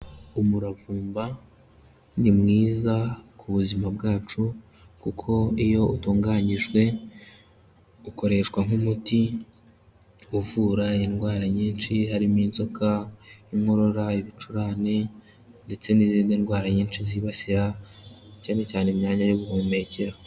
Umuravumba ni mwiza ku buzima bwacu, kuko iyo utunganyijwe, ukoreshwa nk'umuti uvura indwara nyinshi, harimo inzoka, inkorora, ibicurane ndetse n'izindi ndwara nyinshi zibasira, cyane cyane imyanya y'ubuhumekero.